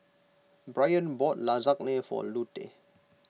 Bryan bought Lasagna for Lute